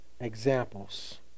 examples